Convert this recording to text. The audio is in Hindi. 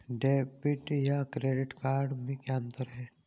डेबिट या क्रेडिट कार्ड में क्या अन्तर है?